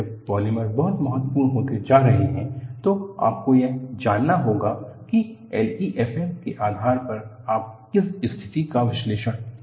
जब पॉलिमर बहुत महत्वपूर्ण होते जा रहे हैं तो आपको यह जानना होगा कि LEFM के आधार पर आप किस स्थिति का विश्लेषण कर सकते हैं